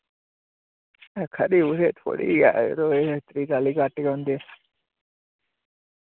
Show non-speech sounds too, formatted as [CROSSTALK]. आक्खा दे [UNINTELLIGIBLE] थोह्ड़ी गै यरो एह् त्रीह् चाली घट्ट ही होंदे